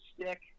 stick